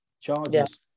Charges